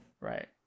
Right